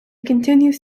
continues